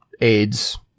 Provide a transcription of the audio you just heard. AIDS